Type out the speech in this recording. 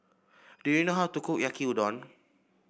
do you know how to cook Yaki Udon